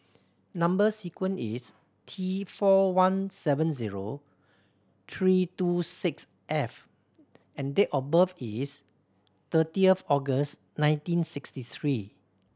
number sequence is T four one seven zero three two six F and date of birth is thirty of August nineteen sixty three